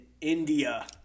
India